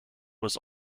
was